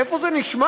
איפה זה נשמע?